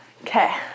Okay